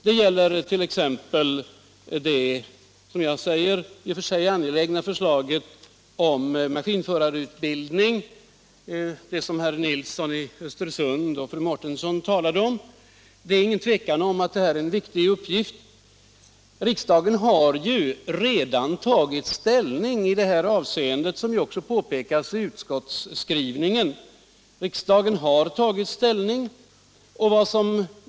Det gäller t.ex. det i och för sig angelägna förslaget om maskinförarutbildning, som herr Nilsson i Östersund och fru Mårtensson talade om. Det är inget tvivel om att vi här har en viktig uppgift. Som påpekas i utskottsskrivningen har riksdagen redan tagit ställning i det här avseendet.